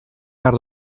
behar